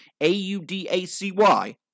A-U-D-A-C-Y